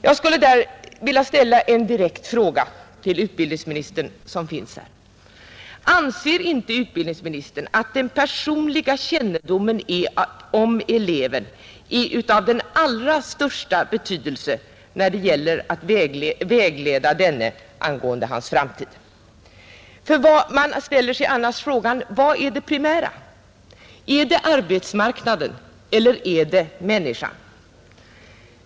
Jag vill ställa en direkt fråga till utbildningsministern, som nu är närvarande i kammaren: Anser inte utbildningsministern att den personliga kännedomen om eleven är av den allra största betydelse när det gäller att vägleda denne angående hans framtid? I annat fall ställer man sig frågan: Vad är det primära? Är det arbetsmarknaden eller människan?